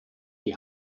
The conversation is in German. die